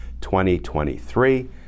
2023